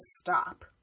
stop